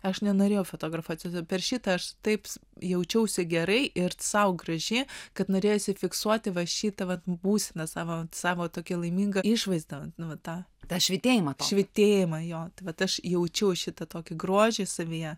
aš nenorėjau fotografuotis per šitą aš taip jaučiausi gerai ir sau graži kad norėjosi fiksuoti va šitą vat būseną savo savo tokia laimingą išvaizdą nu vat tą švytėjima jo tai vat aš jaučiu šitą tokį grožį savyje